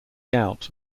gout